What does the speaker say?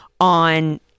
on